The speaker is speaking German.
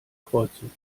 kreuzung